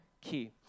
key